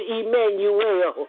Emmanuel